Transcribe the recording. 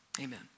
amen